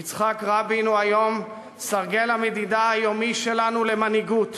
יצחק רבין הוא היום סרגל המדידה היומי שלנו למנהיגות,